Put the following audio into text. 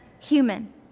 human